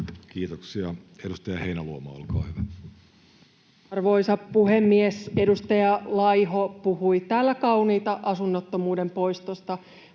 Kiitoksia. — Edustaja Heinäluoma, olkaa hyvä. Arvoisa puhemies! Edustaja Laiho puhui täällä kauniita asunnottomuuden poistosta,